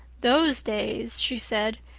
those days, she said,